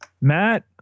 Matt